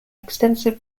extensive